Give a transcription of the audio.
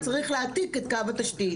צריך להעתיק את קו התשתית,